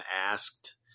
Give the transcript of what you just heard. asked